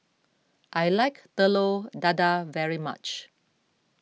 I like Telur Dadah very much